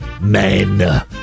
men